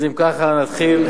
אז אם ככה נתחיל,